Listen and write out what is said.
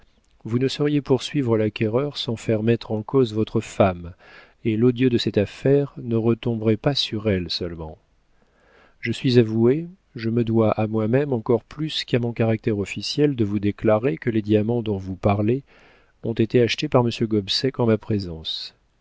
vous ne sauriez poursuivre l'acquéreur sans faire mettre en cause votre femme et l'odieux de cette affaire ne retomberait pas sur elle seulement je suis avoué je me dois à moi-même encore plus qu'à mon caractère officiel de vous déclarer que les diamants dont vous parlez ont été achetés par monsieur gobseck en ma présence